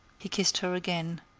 he kissed her again.